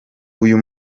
uyu